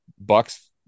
Bucks